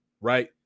right